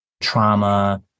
trauma